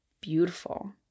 beautiful